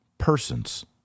persons